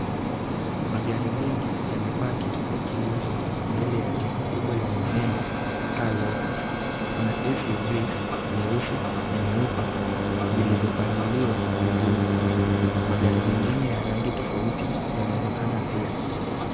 Magari mingi yamepaki yakiuzwa mbele ya jengo kubwa lenye nembo Car Locus. Kuna SUVS nyeusi na nyeupe zilizopangiliwa vizuri. Magari mengine ya rangi tofauti yanaonekana pia.